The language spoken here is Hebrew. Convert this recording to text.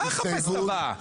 מה אחפש את הבאה.